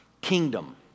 kingdom